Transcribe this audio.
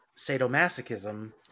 sadomasochism